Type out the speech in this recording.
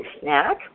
snack